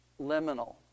liminal